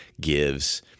gives